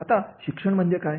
आता शिक्षण म्हणजे काय